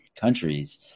countries